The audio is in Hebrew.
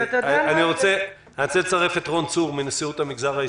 אני רוצה לצרף את רון צור מנשיאות המגזר העסקי,